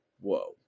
whoa